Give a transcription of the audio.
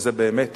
וזה באמת